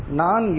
non